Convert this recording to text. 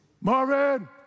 Marvin